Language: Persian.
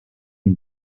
این